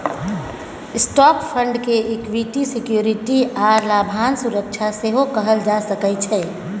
stock fund के equity security आ लाभांश सुरक्षा सेहो कहल जा सकइ छै